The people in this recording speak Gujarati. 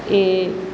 એ